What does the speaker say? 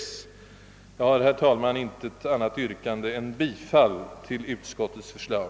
Jag har, herr talman, intet annat yrkande än om bifall till utskottets förslag.